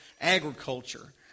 agriculture